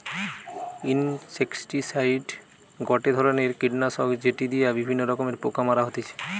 insecticide গটে ধরণের কীটনাশক যেটি দিয়া বিভিন্ন রকমের পোকা মারা হতিছে